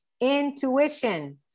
intuition